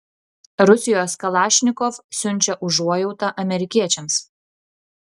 rusijos kalašnikov siunčia užuojautą amerikiečiams